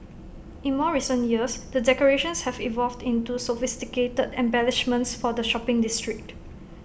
in more recent years the decorations have evolved into sophisticated embellishments for the shopping district